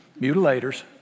mutilators